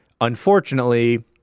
unfortunately